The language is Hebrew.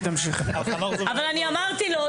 אמרתי לו,